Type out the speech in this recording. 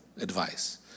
advice